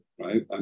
right